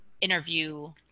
interview